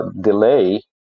delay